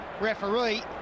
referee